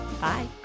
Bye